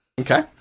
Okay